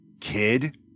kid